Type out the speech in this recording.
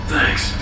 Thanks